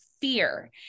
fear